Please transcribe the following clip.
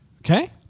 Okay